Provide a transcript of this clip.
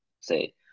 say